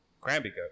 Cranberry